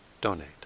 donate